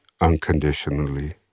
unconditionally